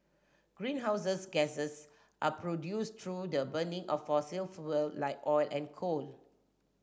greenhouses gases are produced through the burning of fossil fuel like oil and coal